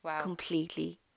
completely